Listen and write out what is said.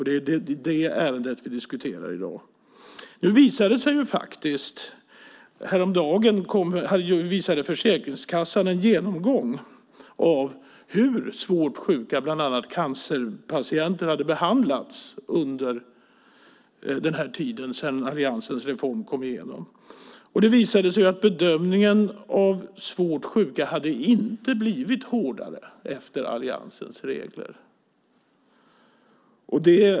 Det är det ärendet vi diskuterar i dag. Häromdagen presenterade Försäkringskassan en genomgång av hur svårt sjuka, bland annat cancerpatienter, hade behandlats sedan alliansens reform gick igenom. Det visade sig att bedömningen av svårt sjuka inte hade blivit hårdare efter alliansens regler.